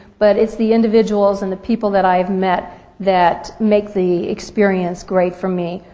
but it's the individuals and the people that i've met that make the experience great for me.